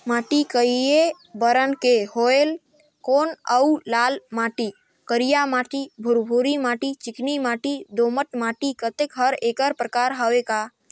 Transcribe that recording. माटी कये बरन के होयल कौन अउ लाल माटी, करिया माटी, भुरभुरी माटी, चिकनी माटी, दोमट माटी, अतेक हर एकर प्रकार हवे का?